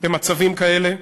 במצבים כאלה,